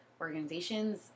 organizations